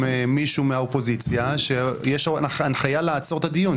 מישהו מהאופוזיציה שיש הנחיה לעצור את הדיון.